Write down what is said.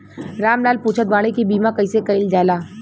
राम लाल पुछत बाड़े की बीमा कैसे कईल जाला?